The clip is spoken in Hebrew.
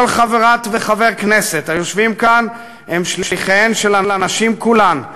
כל חברת וחבר כנסת שיושבים כאן הם שליחיהם של הנשים כולן,